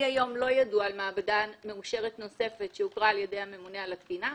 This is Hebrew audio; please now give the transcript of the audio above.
היום לא ידוע לי על מעבדה מאושרת נוספת שהוכרה על ידי הממונה על התקינה,